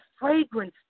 fragrance